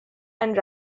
and